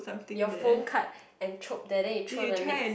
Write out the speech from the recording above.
your phone card and chalk then that you throw the next